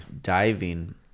diving